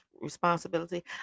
responsibility